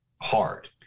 hard